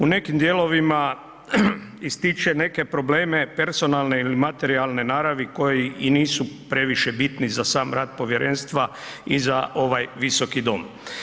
U nekim dijelovima ističe neke probleme personalne ili materijalne naravi koji i nisu previše bitni za sam rad povjerenstva i za ovaj Visoki dom.